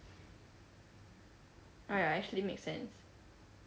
orh ya it actually makes sense